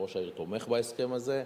וראש העיר תומך בהסכם הזה.